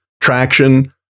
traction